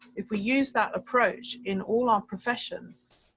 if we use that approach in all our professions.